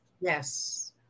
yes